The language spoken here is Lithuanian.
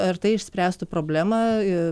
ar tai išspręstų problemą